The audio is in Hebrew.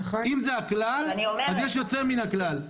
אם זה הכלל, אז יש יוצא מן הכלל.